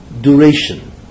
duration